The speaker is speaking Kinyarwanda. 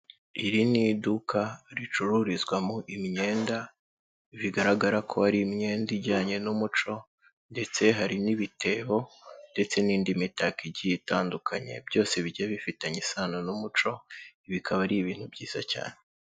Iri ni iduka ricururizwamo imyenda, bigaragara ko ari imyenda ijyanye n'umuco ndetse hari n'ibitebo ndetse n'indi mitako igiye itandukanye byose bigiye bifitanye isano n'umuco, bikaba ari ibintu byiza cyane.